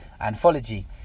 anthology